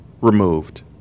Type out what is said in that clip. removed